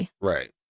Right